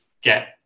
get